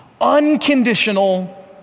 Unconditional